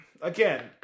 Again